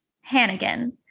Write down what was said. Hannigan